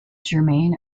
germain